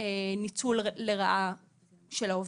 ניצול לרעה של העובדים.